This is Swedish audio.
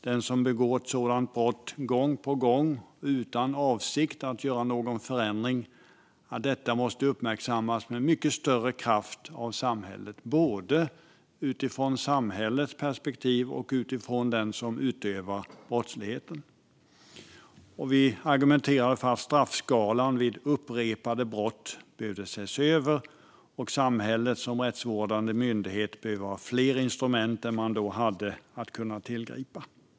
Det måste uppmärksammas med mycket större kraft av samhället när någon gång på gång begår ett sådant brott utan avsikt att göra någon förändring - både utifrån samhällets perspektiv och utifrån den som utövar brottsligheten. Vi argumenterade för att straffskalan vid upprepade brott behövde ses över och att samhället som rättsvårdande myndighet behövde ha fler instrument än man då hade att tillgripa.